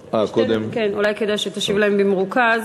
קודם, אולי כדאי שתשיב להם במרוכז.